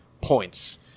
points